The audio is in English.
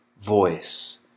voice